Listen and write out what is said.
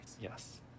Yes